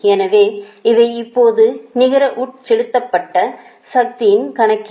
எனவே இவை இப்போது நிகர உட்செலுத்தப்பட்ட சக்தியின் கணக்கீடு